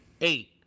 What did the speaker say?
eight